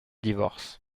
divorce